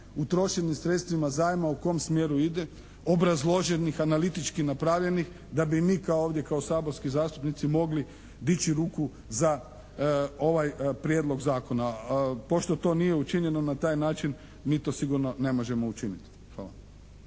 utrošenim sredstvima zajma u kom smjeru ide, obrazloženih, analitički napravljenih da mi kao ovdje, kao saborski zastupnici mogli dići ruku za ovaj Prijedlog zakona. Pošto to nije učinjeno na taj način mi to sigurno ne možemo učiniti. Hvala.